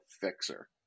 Fixer